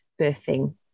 birthing